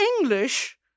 english